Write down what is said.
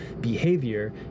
behavior